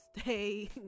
stay